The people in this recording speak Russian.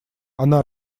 она